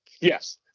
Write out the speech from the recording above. Yes